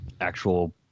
actual